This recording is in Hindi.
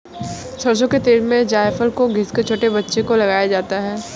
सरसों के तेल में जायफल को घिस कर छोटे बच्चों को लगाया जाता है